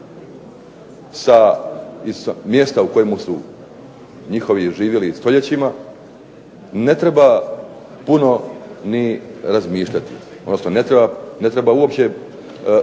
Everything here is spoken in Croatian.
sa mjesta u kojemu su njihovi živjeli stoljećima ne treba puno ni razmišljati odnosno ne treba uopće,